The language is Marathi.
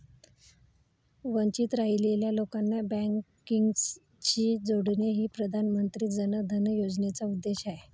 वंचित राहिलेल्या लोकांना बँकिंगशी जोडणे हा प्रधानमंत्री जन धन योजनेचा उद्देश आहे